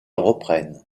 reprennent